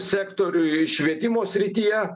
sektoriui švietimo srityje